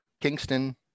Kingston